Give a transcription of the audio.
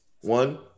one